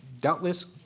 doubtless